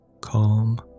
Calm